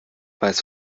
weiß